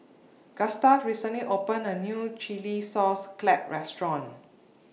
Gustav recently opened A New Chilli Sauce Clams Restaurant